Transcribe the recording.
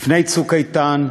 לפני "צוק איתן",